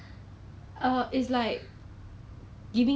yeah like really smell like cockroach I don't know why